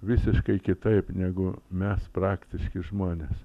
visiškai kitaip negu mes praktiški žmonės